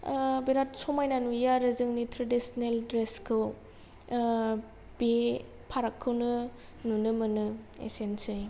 बिराद समायना नुयो आरो जोंनि ट्रेडिसनेल ड्रेसखौ बे फारागखौनो नुनो मोनो एसेनोसै